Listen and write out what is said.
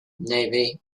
navy